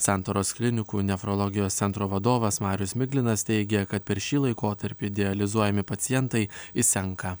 santaros klinikų nefrologijos centro vadovas marius miglinas teigia kad per šį laikotarpį dializuojami pacientai išsenka